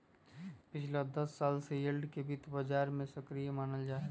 पिछला दस साल से यील्ड के वित्त बाजार में सक्रिय मानल जाहई